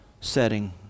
setting